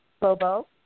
Bobo